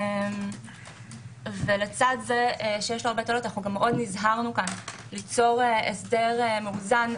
ולצד זה נזהרנו ליצור פה הסדר מאוזן.